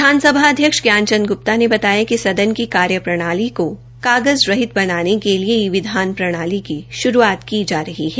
विधानसभा अध्यक्ष ज्ञान चंद ग्प्ता ने बताया कि सदन की कार्यप्रणाली को कागज़ रहित बनाने के लिए ई विधान प्रणाली की शुरूआत की जा रही है